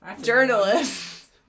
journalists